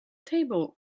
table